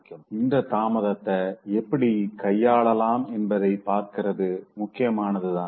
இப்போ இந்த தாமதத்த எப்படி கையாளலாம் என்பதை பாக்கறது முக்கியமானது தான